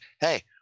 hey